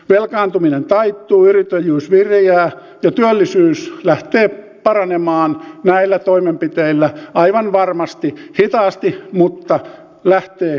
velkaantuminen taittuu yrittäjyys viriää ja työllisyys lähtee paranemaan näillä toimenpiteillä aivan varmasti hitaasti mutta lähtee kuitenkin